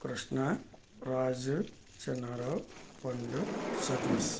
Krishna Raju Chinnarao Pandu Satish